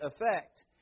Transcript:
effect